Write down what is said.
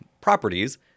properties